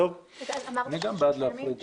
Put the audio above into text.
אמרת שלושה ימים לשניהם?